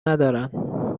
ندارند